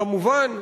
כמובן,